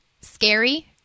scary